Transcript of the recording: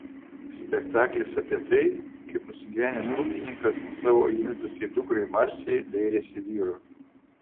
spektaklis apie tai kaip nusigyvenęs ūkininkas savo įmitusiai dukrai marcei dairėsi vyro